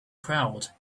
crowd